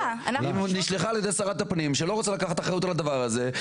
היא נשלחה על ידי שרת הפנים שלא רוצה לקחת אחריות על הדבר הזה.